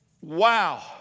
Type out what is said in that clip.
Wow